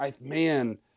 man